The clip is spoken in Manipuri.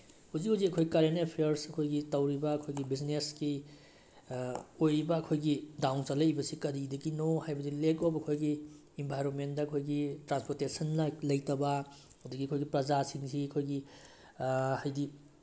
ꯍꯧꯖꯤꯛ ꯍꯧꯖꯤꯛ ꯑꯩꯈꯣꯏ ꯀꯔꯦꯟ ꯑꯦꯐꯤꯌꯔꯁ ꯑꯩꯈꯣꯏꯒꯤ ꯇꯧꯔꯤꯕ ꯑꯩꯈꯣꯏꯒꯤ ꯕꯤꯖꯤꯅꯦꯁꯀꯤ ꯑꯣꯏꯔꯤꯕ ꯑꯩꯈꯣꯏꯒꯤ ꯗꯥꯎꯟ ꯆꯠꯂꯛꯏꯕꯁꯤ ꯀꯔꯤꯗꯒꯤꯅꯣ ꯍꯥꯏꯕꯗꯤ ꯂꯦꯛ ꯑꯣꯐ ꯑꯩꯈꯣꯏꯒꯤ ꯏꯟꯚꯥꯏꯔꯣꯟꯃꯦꯟꯗ ꯑꯩꯈꯣꯏꯒꯤ ꯇ꯭ꯔꯥꯟꯁꯄꯣꯔꯇꯦꯁꯟ ꯂꯩꯇꯕ ꯑꯗꯒꯤ ꯑꯩꯈꯣꯏꯒꯤ ꯄ꯭ꯔꯖꯥꯁꯤꯡꯁꯤ ꯑꯩꯈꯣꯏꯒꯤ ꯍꯥꯏꯗꯤ